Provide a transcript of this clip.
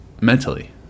mentally